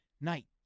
night